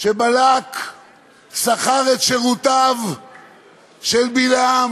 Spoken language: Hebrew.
שבלק שכר את שירותיו של בלעם